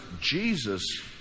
Jesus